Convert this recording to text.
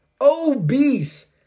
obese